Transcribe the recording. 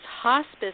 hospice